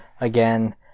again